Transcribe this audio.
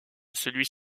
celui